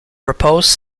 proposed